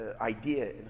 idea